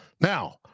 now